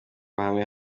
bahame